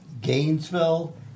Gainesville